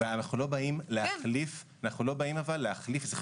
ואנחנו לא באים להחליף את מה שקיים